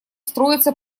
строится